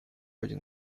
один